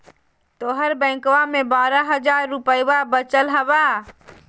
तोहर बैंकवा मे बारह हज़ार रूपयवा वचल हवब